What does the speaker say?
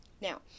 Now